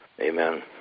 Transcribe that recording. Amen